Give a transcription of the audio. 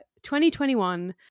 2021